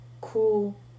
cool